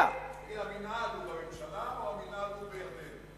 המינהל הוא בממשלה או שהמינהל הוא בירדן?